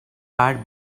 had